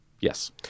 Yes